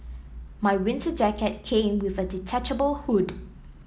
my winter jacket came with a detachable hood